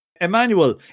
Emmanuel